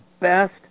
best